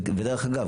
ודרך אגב,